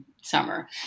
summer